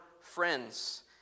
friends